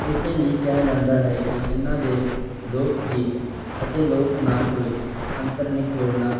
ਇਸੇ ਲਈ ਕਿਹਾ ਜਾਂਦਾ ਹੈ ਕਿ ਇਹਨਾਂ ਦੇ ਲੋਕ ਗੀਤ ਅਤੇ ਲੋਕ ਨਾਚ ਵਿੱਚ ਅੰਤਰ ਨਿਖੇੜਨਾ